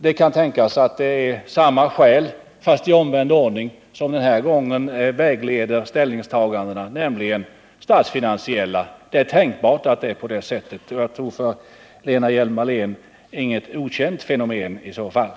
Det kan tänkas att det är samma skäl som är vägledande för ställningstagandena den här gången. Statsfinansiella skäl är, tror jag, inget okänt fenomen för Lena Hjelm-Wallén.